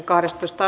asia